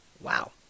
Wow